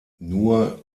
nur